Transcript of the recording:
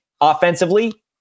offensively